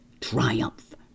triumph